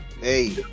Hey